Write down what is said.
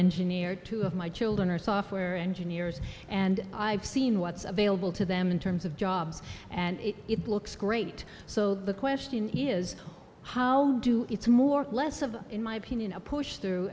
engineer two of my children are software engineers and i've seen what's available to them in terms of jobs and it looks great so the question is how do it's more or less of in my opinion a push through